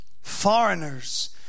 Foreigners